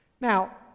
Now